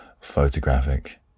Photographic